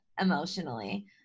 emotionally